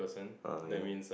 err ya